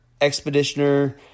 expeditioner